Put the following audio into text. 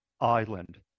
Island